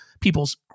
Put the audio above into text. people's